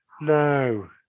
No